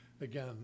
again